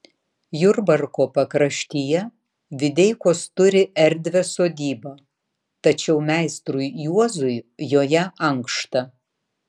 jurbarko pakraštyje videikos turi erdvią sodybą tačiau meistrui juozui joje ankšta